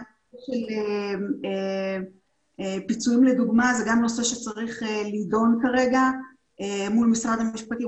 גם נושא של פיצוי לדוגמה הוא נושא שצריך להידון כרגע מול משרד המשפטים.